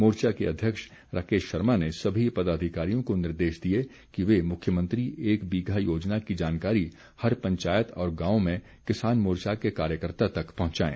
मोर्चा के अध्यक्ष राकेश शर्मा ने सभी पदाधिकारियों को निर्देश दिए कि वे मुख्यमंत्री एक वीघा योजना की जानकारी हर पंचायत और गांव में किसान मोर्चा के कार्यकर्ता तक पहुंचाएं